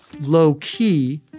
low-key